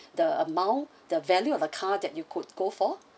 the amount the value of a car that you could go for